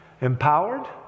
empowered